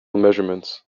measurements